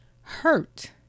Hurt